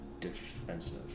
defensive